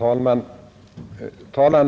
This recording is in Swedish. Herr talman!